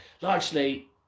largely